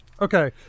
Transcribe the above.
Okay